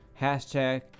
hashtag